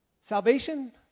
Salvation